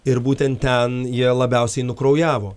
ir būtent ten jie labiausiai nukraujavo